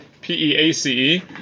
P-E-A-C-E